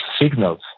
signals